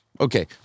Okay